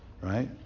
right